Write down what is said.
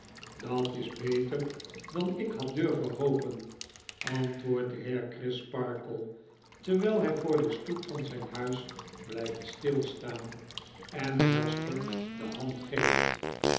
dat is beter dan ik had durven hopen antwoordt de heer crisparkle terwijl hy voor de stoep van zyn huis blyft stilstaan en jasper de hand geeft